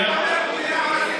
ידידיי,